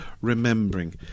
remembering